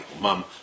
mum